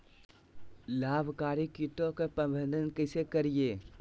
लाभकारी कीटों के प्रबंधन कैसे करीये?